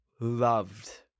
loved